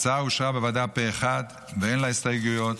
ההצעה אושרה בוועדה פה אחד, ואין לה הסתייגויות.